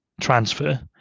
transfer